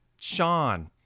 Sean